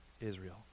Israel